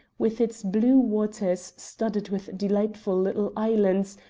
with its blue waters studded with delightful little islands,